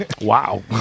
wow